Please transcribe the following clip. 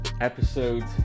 episode